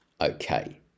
Okay